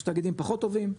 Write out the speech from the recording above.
יש תאגידים פחות טובים,